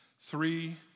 Three